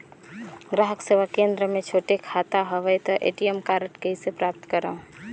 ग्राहक सेवा केंद्र मे छोटे खाता हवय त ए.टी.एम कारड कइसे प्राप्त करव?